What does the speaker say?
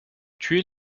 tuer